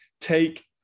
take